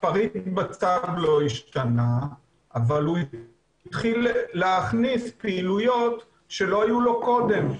אבל הוא התחיל להכניס פעילויות שלא היו לו קודם.